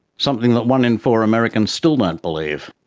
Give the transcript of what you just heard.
something that one in four americans still don't believe.